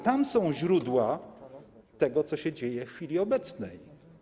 Tam są źródła tego, co się dzieje w chwili obecnej.